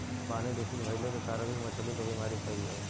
पानी प्रदूषित भइले के कारण भी मछली क बीमारी फइल जाला